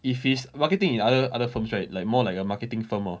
if it's marketing in other other firms right like more like a marketing firm orh